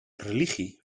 religie